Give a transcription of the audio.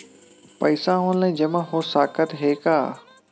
पईसा ऑनलाइन जमा हो साकत हे का?